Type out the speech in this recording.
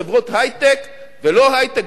חברות היי-טק ולא היי-טק,